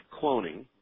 cloning